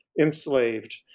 enslaved